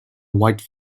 white